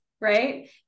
right